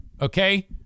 okay